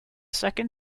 second